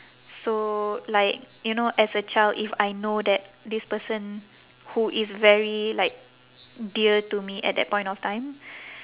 so like you know as a child if I know that this person who is very like dear to me at that point of time